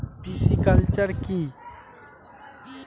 Pisciculture কি?